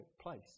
place